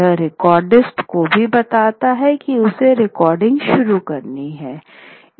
यह रिकॉर्डिस्ट को भी बताता है की उसे रेकॉर्डिंग शुरू करनी है